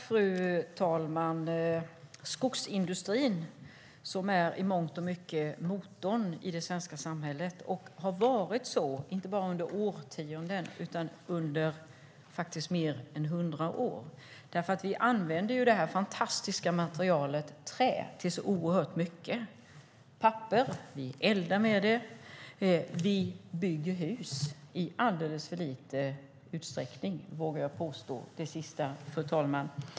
Fru talman! Skogsindustrin är i mångt och mycket motorn i det svenska samhället och har varit så inte bara under årtionden utan under mer än hundra år. Vi använder ju det fantastiska materialet trä till så oerhört mycket, till papper och till att elda med. Vi bygger hus av det men i alldeles för liten utsträckning, vågar jag påstå, fru talman.